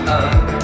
up